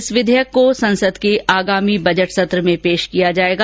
इस विधेयक को संसद के आगामी बजट सत्र में पेश किया जाएगा